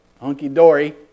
hunky-dory